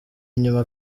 inyuma